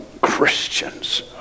Christians